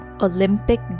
Olympic